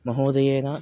महोदयेन